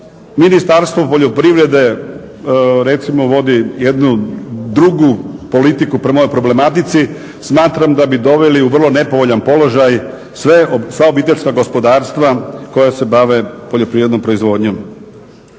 Ministarstvo poljoprivrede recimo vodi jednu drugu politiku prema ovoj problematici smatram da bi doveli u vrlo nepovoljan položaj sva obiteljska gospodarstva koja se bave poljoprivrednom proizvodnjom.